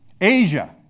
Asia